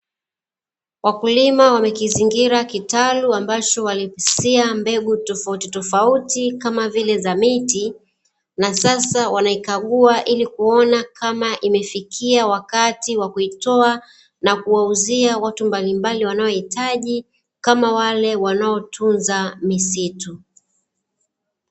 Wakulima wamekizingira kitalu ambacho walikisia mbegu tofautitofauti, kama vile za miti; na sasa wanaikagua ili kuona kama imefikia wakati wa kuitoa, na kuwauzia watu mbalimbali wanaohitaji, kama wale wanaotunza misitu.